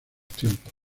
tiempos